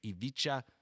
Ivica